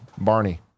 Barney